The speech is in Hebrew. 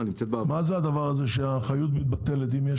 מה זה הדבר הזה שהאחריות מתבטלת אם יש